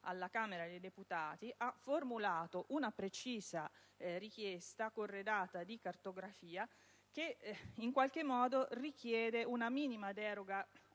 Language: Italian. alla Camera dei deputati, ha formulato una precisa richiesta, corredata di cartografia, che implica una minima deroga